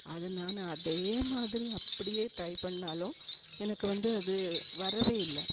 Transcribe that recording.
அது நான் அதேமாதிரி அப்படியே ட்ரை பண்ணிணாலும் எனக்கு வந்து அது வரவே இல்லை